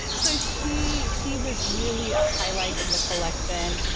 so, she she was really a highlight in the collection.